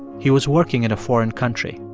he was working in a foreign country,